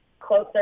closer